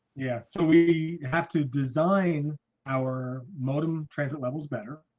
yeah, so we have to design our modem traffic levels better.